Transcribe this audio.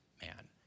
man